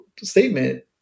statement